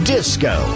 Disco